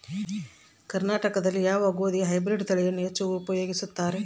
ಕರ್ನಾಟಕದಲ್ಲಿ ಯಾವ ಗೋಧಿಯ ಹೈಬ್ರಿಡ್ ತಳಿಯನ್ನು ಹೆಚ್ಚು ಉಪಯೋಗಿಸುತ್ತಾರೆ?